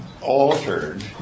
altered